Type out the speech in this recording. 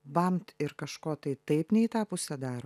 bambt ir kažko tai taip ne į tą pusę daro